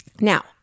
Now